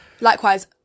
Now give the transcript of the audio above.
likewise